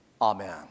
amen